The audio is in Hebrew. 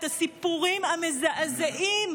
את הסיפורים המזעזעים,